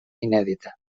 inèdita